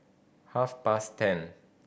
half past ten